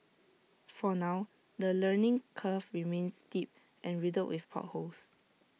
for now the learning curve remains steep and riddled with potholes